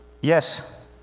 Yes